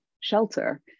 shelter